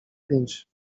pięć